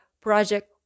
Project